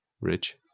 rich